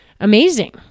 Amazing